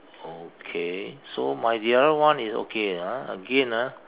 okay so my the other one is okay ah again ah